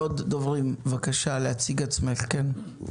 עוד דוברים, בבקשה להציג את עצמך, כן.